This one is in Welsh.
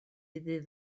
ddydd